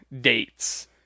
dates